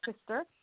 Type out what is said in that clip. sister